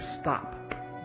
stop